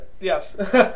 Yes